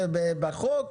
זה בחוק?